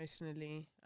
emotionally